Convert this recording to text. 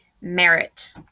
merit